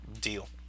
deal